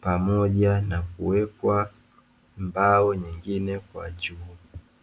pamoja na kuwekwa mbao nyingine kwa juu.